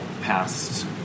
past